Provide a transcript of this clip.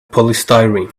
polystyrene